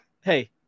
Hey